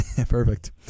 Perfect